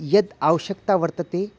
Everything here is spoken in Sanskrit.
यद् आवश्यकता वर्तते